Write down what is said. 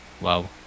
Wow